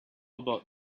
about